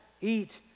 Eat